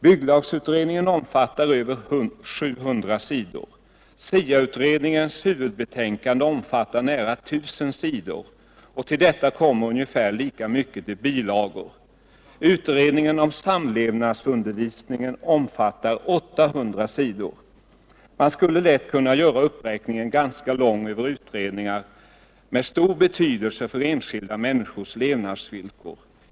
Bygglagutredningen omfattar över 700 sidor, SIA utredningens huvudbetänkande omfattar nära 1 000 sidor, och till detta kommer ungefär lika mycket i bilagor. Utredningen om samlevnadsundervisningen omfattar 800 sidor. Man skulle lätt kunna göra uppräkningen ganska lång över utredningar med stor betydelse för enskilda människors levnadsvillkor.